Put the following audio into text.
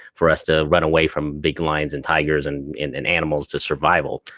for us to run away from big lions and tigers and and and animals to survival.